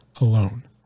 alone